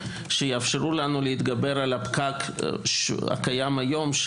שיאפשרו לנו להתגבר על הפקק הקיים כיום.